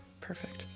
Perfect